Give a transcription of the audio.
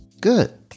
Good